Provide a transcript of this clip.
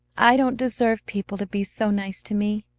i don't deserve people to be so nice to me,